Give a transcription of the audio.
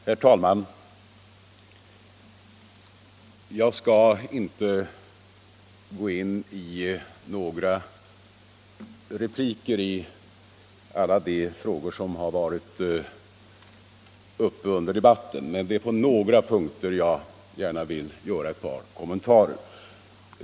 Herr talman! Jag skall inte gå in i repliker när det gäller alla de frågor som har varit uppe under debatten, men det är på några punkter jag gärna vill göra ett par kommentarer.